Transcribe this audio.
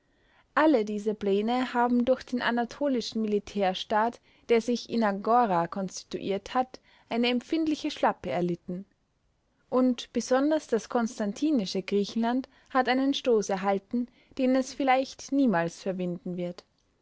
alle diese pläne haben durch den anatolischen militärstaat der sich in angora konstituiert hat eine empfindliche schlappe erlitten und besonders das konstantinische griechenland hat einen stoß erhalten den es vielleicht niemals verwinden wird